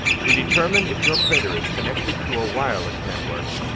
to determine if your printer is connected to a wireless network,